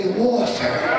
warfare